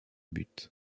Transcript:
but